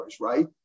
Right